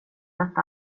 dött